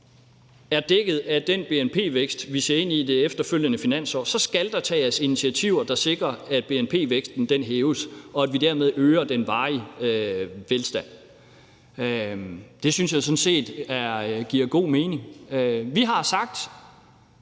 er dækket af den reelle vækst, vi ser ind i i det efterfølgende finansår, så skal der tages initiativer, der sikrer, at bnp-væksten hæves, og at vi dermed øger den varige velstand. Det synes jeg sådan set giver god mening. Vi har sagt,